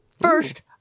First